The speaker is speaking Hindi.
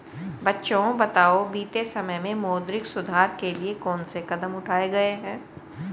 बच्चों बताओ बीते समय में मौद्रिक सुधार के लिए कौन से कदम उठाऐ गए है?